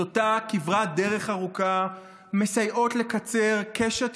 את אותה כברת דרך ארוכה מסייעים לקצר קשת